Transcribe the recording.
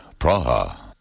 Praha